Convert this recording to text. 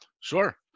Sure